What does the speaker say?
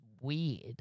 weird